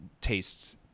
tastes